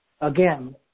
again